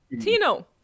Tino